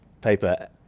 paper